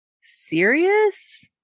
serious